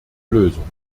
lösung